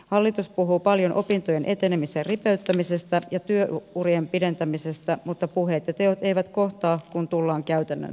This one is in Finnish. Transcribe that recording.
hallitus puhuu paljon opintojen etenemisen ripeyttämisestä ja työurien pidentämisestä mutta puheet ja teot eivät kohtaa kun tullaan käytännön tasolle